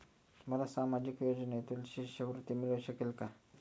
मला सामाजिक योजनेतून शिष्यवृत्ती मिळू शकेल का?